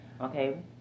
okay